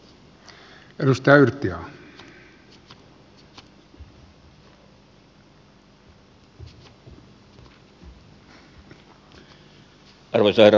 arvoisa herra puhemies